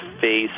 face